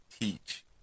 teach